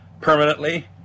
permanently